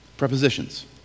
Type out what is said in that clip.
prepositions